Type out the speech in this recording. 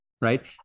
right